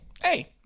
Hey